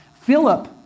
Philip